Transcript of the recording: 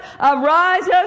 arises